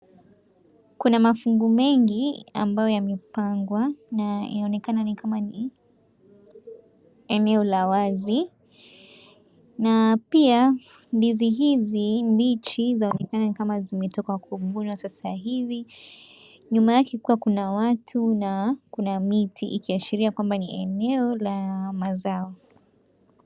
Kuna mafungu mengi ambayo yamepangwa, na yaonekana ni kama ni eneo la wazi, na pia ndizi hizi mbichi zama zimetoka kuvunwa sasa hivi. Nyuma yake kukiwa kuna watu na kuna miti, ikiashiria kwamba ni eneo la mazao.